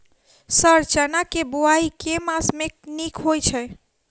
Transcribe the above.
Sir चना केँ बोवाई केँ मास मे नीक होइ छैय?